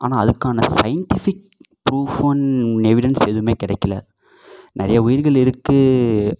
ஆனால் அதுக்கான scientific proof on evidence எதுவுமே கிடைக்கில நிறைய உயிர்கள் இருக்குது